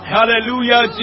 Hallelujah